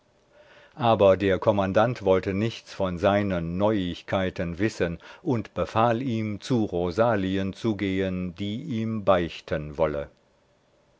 aber der kommandant wollte nichts von seinen neuigkeiten wissen und befahl ihm zu rosalien zu gehen die ihm beichten wolle